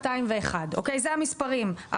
201. אלה המספרים,